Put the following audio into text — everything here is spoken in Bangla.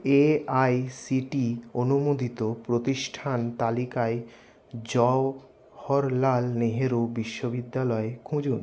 এআইসিটিই অনুমোদিত প্রতিষ্ঠান তালিকায় জওহরলাল নেহেরু বিশ্ববিদ্যালয় খুঁজুন